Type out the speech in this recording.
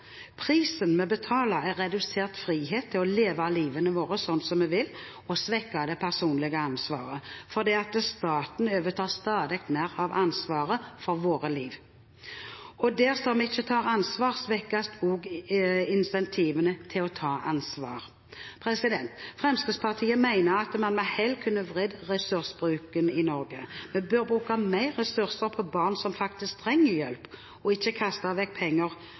Prisen vi betaler, er redusert frihet til å leve livet vårt slik som vi vil, og svekket personlig ansvar, fordi staten overtar stadig mer av ansvaret for våre liv. Og dersom vi ikke har ansvar, svekkes også incentivene til å ta ansvar. Fremskrittspartiet mener man med hell kunne vridd ressursbruken i Norge: Vi bør bruke mer ressurser på barn som faktisk trenger hjelp, og ikke kaste bort offentlige penger